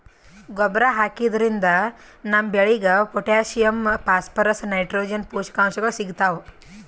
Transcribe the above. ಗೊಬ್ಬರ್ ಹಾಕಿದ್ರಿನ್ದ ನಮ್ ಬೆಳಿಗ್ ಪೊಟ್ಟ್ಯಾಷಿಯಂ ಫಾಸ್ಫರಸ್ ನೈಟ್ರೋಜನ್ ಪೋಷಕಾಂಶಗಳ್ ಸಿಗ್ತಾವ್